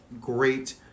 great